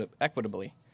equitably